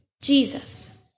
Jesus